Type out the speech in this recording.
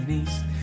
east